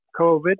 COVID